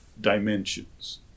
dimensions